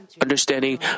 understanding